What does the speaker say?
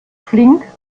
flink